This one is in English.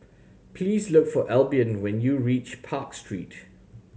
please look for Albion when you reach Park Street